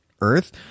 Earth